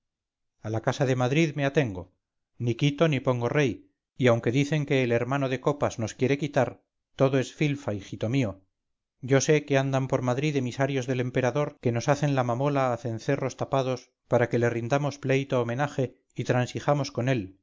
a la casa de madrid me atengo ni quito ni pongo rey y aunque dicen que el hermano de copas nos quiere quitar todo es filfa hijito mío yo sé que andan por madrid emisarios del emperador que nos hacen la mamola a cencerros tapados para que le rindamos pleito homenaje y transijamos con él